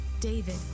David